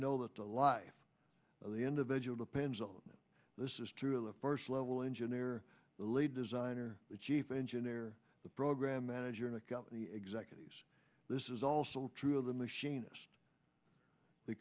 know that the life of the individual depends on this is truly a first level engineer the lead designer the chief engineer the program manager in the company executives this is also true of the machinist the